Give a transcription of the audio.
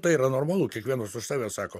tai yra normalu kiekvienas už save atsako